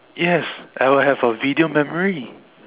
yes I would have a video memory